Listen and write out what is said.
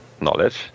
knowledge